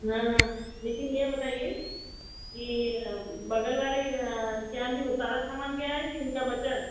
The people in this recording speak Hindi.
हाँ हाँ लेकिन ये बताइए कि बगल वाले क्या भी वह सारा सामान गया है कि उनका बचा है